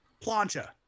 plancha